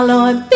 Lord